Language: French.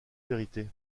vérité